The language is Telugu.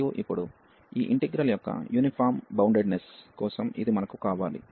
మరియు ఇప్పుడు ఈ ఇంటిగ్రల్ యొక్క యూనిఫామ్ బౌండెడ్నెస్ కోసం ఇది మనకు కావాలి